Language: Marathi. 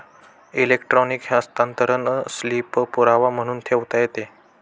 इलेक्ट्रॉनिक हस्तांतरण स्लिप पुरावा म्हणून ठेवता येते